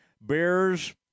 Bears